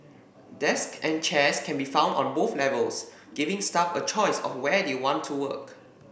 desks and chairs can be found on both levels giving staff a choice of where they want to work